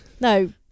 No